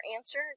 answer